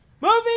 Movie